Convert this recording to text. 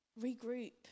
Regroup